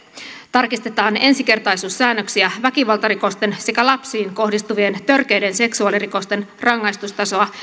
tarkistetaan ensikertaisuussäännöksiä väkivaltarikosten sekä lapsiin kohdistuvien törkeiden seksuaalirikosten rangaistustasoa